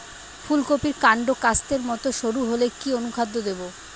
ফুলকপির কান্ড কাস্তের মত সরু হলে কি অনুখাদ্য দেবো?